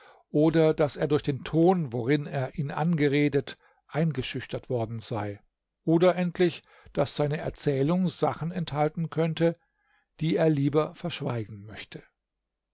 oder daß er durch den ton worin er ihn angeredet eingeschüchtert worden sei oder endlich daß seine erzählung sachen enthalten könnte die er lieber verschweigen möchte